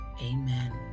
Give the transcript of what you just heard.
Amen